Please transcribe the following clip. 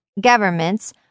governments